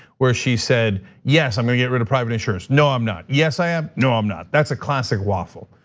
where she said, yes, i'm gonna get rid of private insurance. no i'm not, yes i am, no i'm not, that's a classic waffle.